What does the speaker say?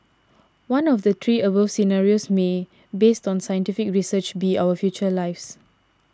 one of the three above scenarios may based on scientific research be our future lives